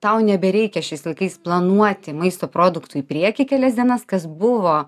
tau nebereikia šiais laikais planuoti maisto produktų į priekį kelias dienas kas buvo